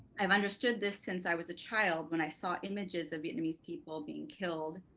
i've understood this since i was a child, when i saw images of vietnamese people being killed,